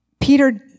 Peter